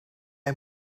een